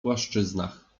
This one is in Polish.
płaszczyznach